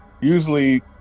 usually